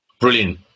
Brilliant